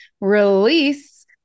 Release